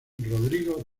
rodrigo